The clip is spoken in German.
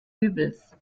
übels